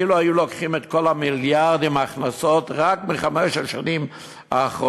אילו היו לוקחים את כל המיליארדים של ההכנסות רק בחמש השנים האחרונות,